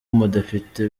umudepite